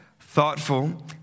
thoughtful